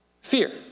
fear